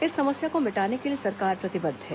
इस समस्या को मिटाने के लिए सरकार प्रतिबद्ध है